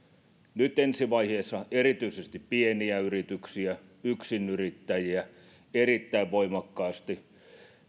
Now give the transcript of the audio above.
nyt ensivaiheessa erityisesti pieniä yrityksiä yksinyrittäjiä erittäin voimakkaasti